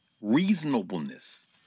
Reasonableness